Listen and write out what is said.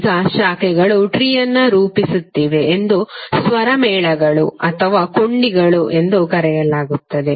ಈಗ ಶಾಖೆಗಳು ಟ್ರೀಯನ್ನು ರೂಪಿಸುತ್ತಿವೆ ಎಂದು ಸ್ವರಮೇಳಗಳು ಅಥವಾ ಕೊಂಡಿಗಳು ಎಂದು ಕರೆಯಲಾಗುತ್ತದೆ